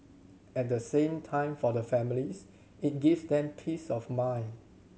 at the same time for the families it gives them peace of mind